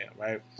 right